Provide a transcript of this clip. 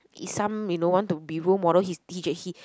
is some you know want to be role model he he